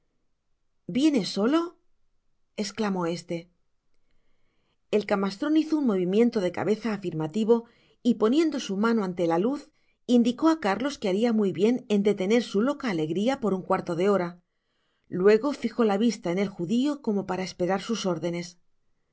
viene solo esclamó éste el camastron hizo un movimiento de cabeza afirmativo y poniendo su mano ante la luz indicó á carlos que haria muy bien en detener su loca alegria por un cuarto de hora luego fijo la vista en el judio como para esperar sus órdenes